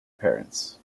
parents